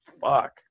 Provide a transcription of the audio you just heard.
fuck